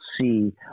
see